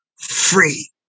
free